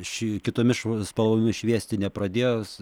ši kitomis švi spalvos šviesti nepradės